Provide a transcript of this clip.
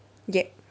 yup